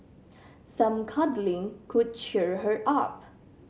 some cuddling could cheer her up